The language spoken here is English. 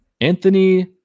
Anthony